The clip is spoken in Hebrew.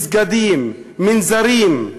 מסגדים, מנזרים,